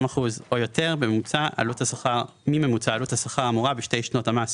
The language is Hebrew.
אחוזים או יותר מממוצע עלות השכר האמורה בשתי שנות המס